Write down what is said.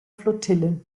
flottille